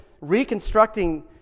reconstructing